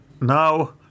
now